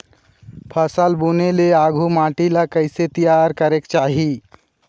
फसल बुने ले आघु माटी ला कइसे तियार करेक चाही?